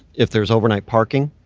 if there's overnight parking,